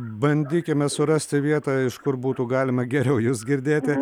bandykime surasti vietą iš kur būtų galima geriau jus girdėti